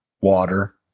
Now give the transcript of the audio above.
water